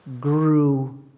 grew